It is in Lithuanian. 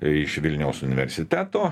iš vilniaus universiteto